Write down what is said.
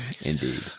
Indeed